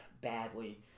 badly